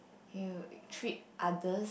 you treat others